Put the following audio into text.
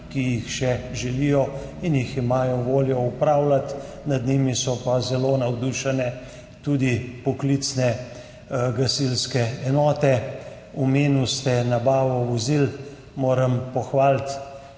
ki jih še želijo in jih imajo voljo upravljati, nad njimi so pa zelo navdušene tudi poklicne gasilske enote. Omenil ste nabavo vozil. Moram pohvaliti